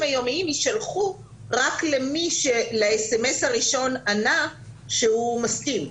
היומיים יישלחו רק למי שלאס.אמ.אס הראשון ענה שהוא מסכים.